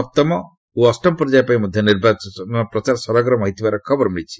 ସପ୍ତମ ଅଷ୍ଟମ ପର୍ଯ୍ୟାୟ ପାଇଁ ମଧ୍ୟ ନିର୍ବାଚନ ପ୍ରଚାର ସରଗରମ ହୋଇଥିବାର ଖବର ମିଳିଛି